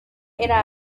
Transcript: era